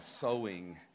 sowing